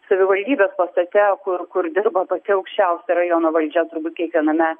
savivaldybės pastate kur kur dirba pati aukščiausia rajono valdžia turbūt kiekviename